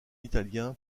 italien